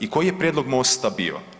I koji je prijedlog Mosta bio?